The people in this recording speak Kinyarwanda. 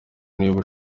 niba